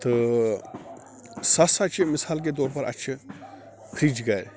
تہٕ سُہ ہسا چھِ مِثال کہِ طور پر اَسہِ چھِ فِریٚج گَرِ